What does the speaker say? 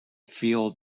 feel